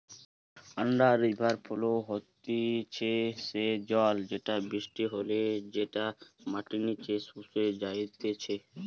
under river flow হতিছে সেই জল যেটা বৃষ্টি হলে যেটা মাটির নিচে শুষে যাইতিছে